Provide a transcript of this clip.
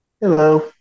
Hello